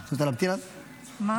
את רוצה להמתין שיחזור?